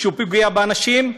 שהוא פוגע באנשים,